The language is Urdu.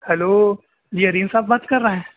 ہیلو جی ارین صاحب بات کر رہے ہیں